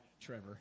trevor